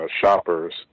shoppers